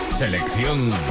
Selección